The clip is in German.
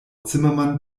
zimmermann